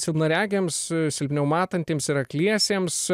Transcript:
silpnaregiams silpniau matantiems ir akliesiems